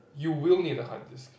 you will need a hard disk